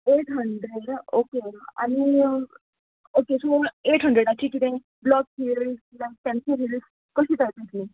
eight hundred okay okay आनी okay so eight हंड्रेडाची किदें ब्लॉक हिल्स जावं पेन्सील हिल्स कशी जाय तें